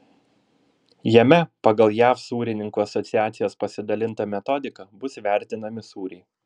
jame pagal jav sūrininkų asociacijos pasidalintą metodiką bus vertinami sūriai